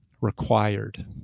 required